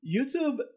YouTube